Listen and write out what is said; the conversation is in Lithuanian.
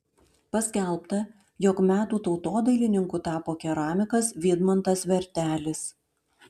paskelbta jog metų tautodailininku tapo keramikas vydmantas vertelis